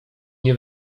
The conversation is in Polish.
nie